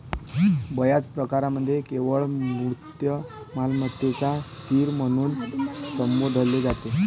बर्याच प्रकरणांमध्ये केवळ मूर्त मालमत्तेलाच स्थिर म्हणून संबोधले जाते